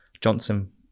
Johnson